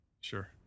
Sure